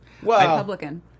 Republican